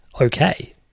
okay